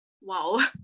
Wow